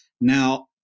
Now